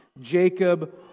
Jacob